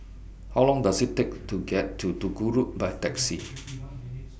How Long Does IT Take to get to Duku Road By Taxi